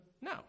No